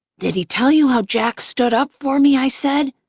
did he tell you how jack stood up for me? i said.